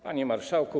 Panie Marszałku!